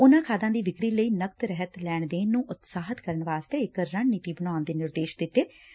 ਉਨੂਾ ਖਾਦਾ ਦੀ ਵਿਕਰੀ ਲਈ ਨਕਦ ਰਹਿਤ ਲੈਣ ਦੇਣ ਨੂੰ ਉਤਸ਼ਾਹਿਤ ਕਰਨ ਵਾਸਤੇ ਇਕ ਰਣਨੀਤੀ ਬਣਾਉਣ ਦੇ ਨਿਰਦੇਸ਼ ਦਿਤੇ ਨੇ